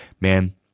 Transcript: man